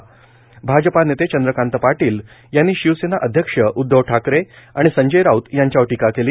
आजपा नेते चंद्रकांत पाटील यांनी शिवसेना अध्यक्ष उध्दव ठाकरे आणि संजय राऊत यांच्यावर टीका केली